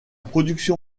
production